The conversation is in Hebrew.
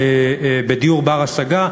בדיור בר-השגה,